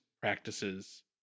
practices